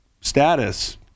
status